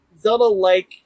Zelda-like